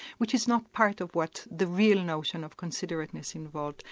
which is not part of what the real notion of considerateness involves.